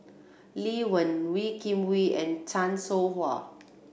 Lee Wen Wee Kim Wee and Chan Soh Ha